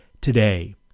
today